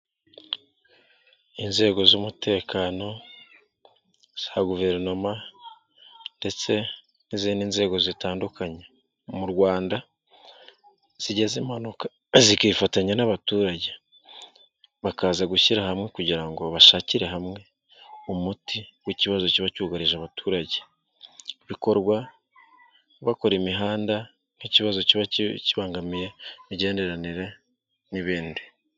Inzego z'umutekano za guverinoma ndetse n'izindi nzego zitandukanye mu Rwanda zigeze zikifatanya n'abaturage, bakaza gushyira hamwe kugira ngo bashakire hamwe umuti w'ikibazo kiba cyugarije abaturage. Bikorwa bakora imihanda nk'ikibazo kiba kibangamiye imigenderanire n'ibindi.